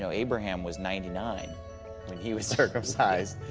so abraham was ninety nine when he was circumcised,